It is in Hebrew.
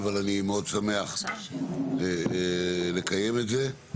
אבל אני מאוד שמח לקיים את זה.